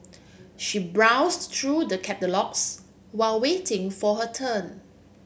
she browsed through the catalogues while waiting for her turn